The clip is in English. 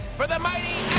for the mighty